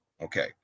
Okay